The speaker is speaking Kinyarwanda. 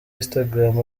instagram